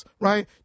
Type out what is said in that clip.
right